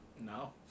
No